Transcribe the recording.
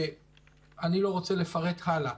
ואני לא רוצה לפרט הלאה.